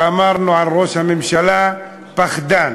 שאמרנו על ראש הממשלה, פחדן.